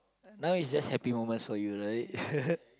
now is just happy moments for you right